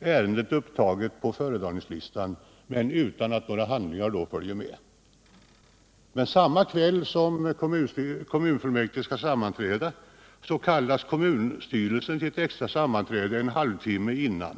ärendet upptaget på föredragningslistan, men utan några handlingar. Men samma kväll som fullmäktige sammanträder kallas kommunstyrelsen till extra sammanträde en halv timme tidigare.